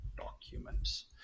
documents